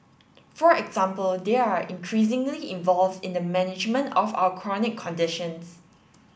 for example they are increasingly involved in the management of our chronic conditions